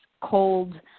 cold